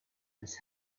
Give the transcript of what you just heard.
miss